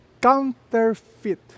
counterfeit